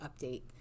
update